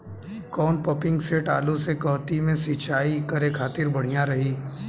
कौन pumping set आलू के कहती मे सिचाई करे खातिर बढ़िया रही?